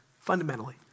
fundamentally